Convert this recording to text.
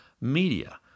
media